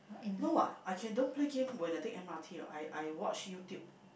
no what I can don't play game when I take M_R_T what I I watch YouTube